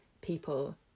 people